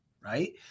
right